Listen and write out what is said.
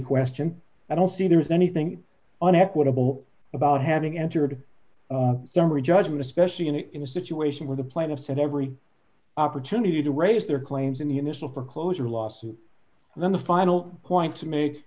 question i don't see there is anything on equitable about having entered summary judgment especially in a situation where the plaintiff had every opportunity to raise their claims in the initial foreclosure lawsuit and then the final point to make